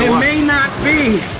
may not be